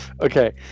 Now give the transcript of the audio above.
okay